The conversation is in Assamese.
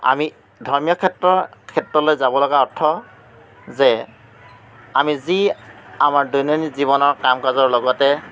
আমি ধৰ্মীয় ক্ষেত্ৰৰ ক্ষেত্ৰলৈ যাব লগা অৰ্থ যে আমি যি আমাৰ দৈনন্দিন জীৱনৰ কাম কাজৰ লগতে